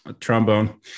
Trombone